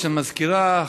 המזכירה,